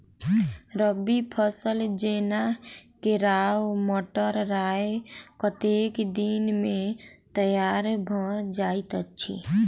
रबी फसल जेना केराव, मटर, राय कतेक दिन मे तैयार भँ जाइत अछि?